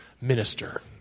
minister